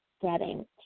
setting